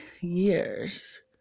years